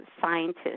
scientists